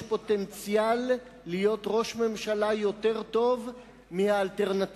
פוטנציאל להיות ראש ממשלה יותר טוב מהאלטרנטיבה.